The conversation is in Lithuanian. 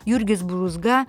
jurgis brūzga